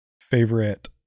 favorite